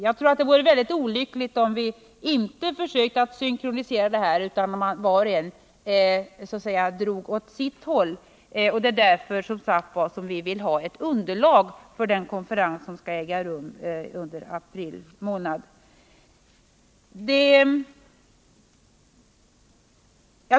Jag tror det vore olyckligt om vi inte försökte synkronisera insatserna utan att var och en drog åt sitt håll. Det är därför vi vill ha ett underlag för den konferens som skall äga rum i april månad.